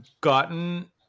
gotten